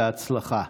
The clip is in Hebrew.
בהצלחה.